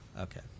Okay